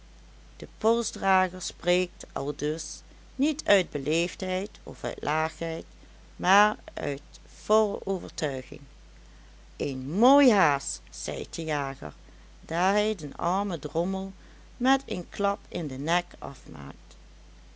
de polsdrager spreekt aldus niet uit beleefdheid of uit laagheid maar uit volle overtuiging een mooi haas zeit de jager daar hij den armen drommel met een klap in den nek afmaakt